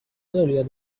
earlier